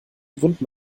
wunden